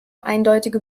eindeutige